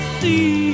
see